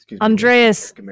Andreas